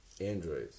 Androids